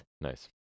Nice